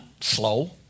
slow